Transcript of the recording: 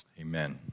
Amen